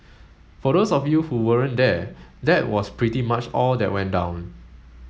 for those of you who weren't there that was pretty much all that went down